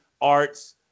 arts